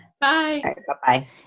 Bye-bye